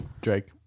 Drake